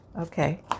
Okay